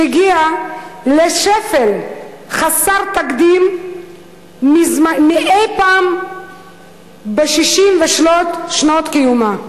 שהגיעה לשפל חסר תקדים מאי-פעם ב-60 שנות קיומה.